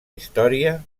història